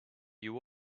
you